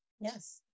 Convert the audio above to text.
Yes